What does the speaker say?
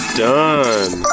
done